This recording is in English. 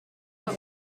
are